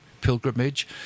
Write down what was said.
pilgrimage